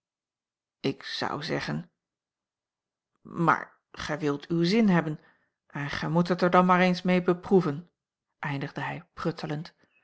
ik zou zeggen maar gij wilt uw zin hebben en gij moet het er dan maar eens mee beproeven eindigde hij pruttelend